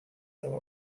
though